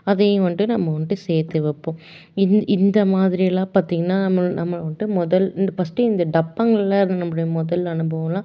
அதையும் வந்துட்டு நம்ம வந்துட்டு சேர்த்து வைப்போம் இந் இந்த மாதிரியெல்லாம் பார்த்தீங்கன்னா நம்ம நம்மள் வந்துட்டு முதல் இந்த ஃபஸ்ட்டு இந்த டப்பாங்களில் தான் அது நம்மளுடைய முதல் அனுபவமெல்லாம்